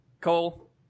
Cole